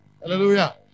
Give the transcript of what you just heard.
Hallelujah